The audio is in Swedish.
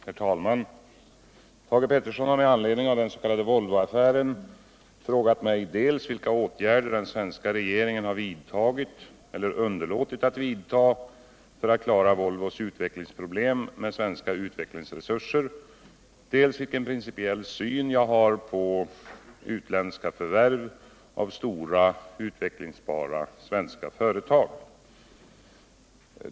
Herr talman! Thage Peterson har med anledning av den s.k. Volvoaffären frågat mig dels vilka åtgärder den svenska regeringen har vidtagit eller underlåtit att vidta för att klara Volvos utvecklingsproblem med svenska utvecklingsresurser, dels vilken principiell syn jag har på utländska förvärv av stora utvecklingsbara svenska företag.